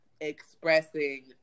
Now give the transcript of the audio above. expressing